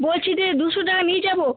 বলছি যে দুশো টাকা নিয়ে যাবো